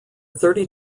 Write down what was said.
thirty